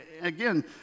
again